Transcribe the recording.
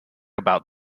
about